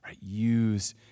Use